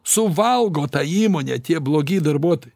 suvalgo tą įmonę tie blogi darbuotojai